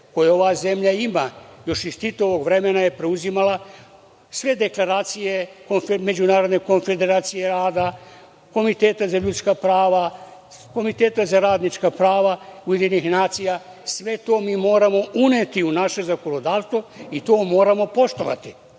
koje ova zemlja ima. Još iz Titovog vremena je preuzimala sve deklaracije, međunarodne konfederacije rada, Komiteta za ljudska prava, Komiteta za radnička prava UN. Sve to mi moramo uneti u naše zakonodavstvo i to moramo poštovati,